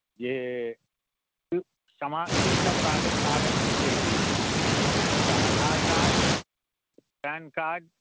जे कोना कीसभ लागत कागज से कहि दैत छी एकटा आधार कार्ड पैन कार्ड